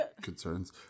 concerns